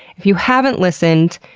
if you haven't listened,